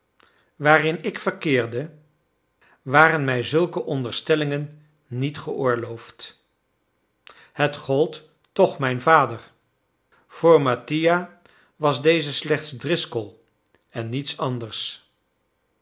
waarin ik verkeerde waren mij zulke onderstellingen niet geoorloofd het gold toch mijn vader voor mattia was deze slechts driscoll en niets anders